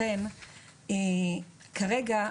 כרגע,